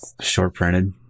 short-printed